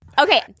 Okay